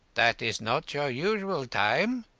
that is not your usual time?